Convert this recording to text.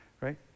right